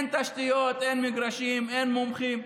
אין תשתיות, אין מגרשים, אין מומחים.